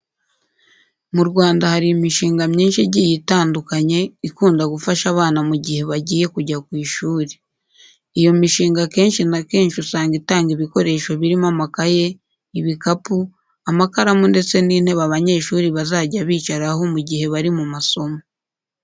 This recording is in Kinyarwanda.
Mu Rwanda hari imishinga myinshi igiye itandukanye ikunda gufasha abana mu gihe bagiye kujya ku ishuri. Iyo mishinga akenshi na kenshi usanga itanga ibikoresho birimo amakaye, ibikapu, amakaramu ndetse n'intebe abanyeshuri bazajya bicaraho mu gihe bari mu masomo.